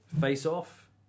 Face-off